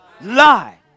lie